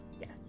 Yes